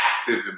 active